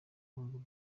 kongo